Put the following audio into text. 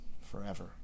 forever